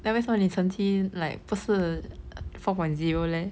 then 为什么你成绩 like 不是 four point zero leh